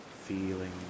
feeling